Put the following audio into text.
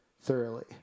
thoroughly